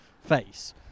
face